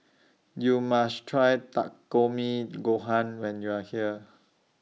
YOU must Try Takikomi Gohan when YOU Are here